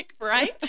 right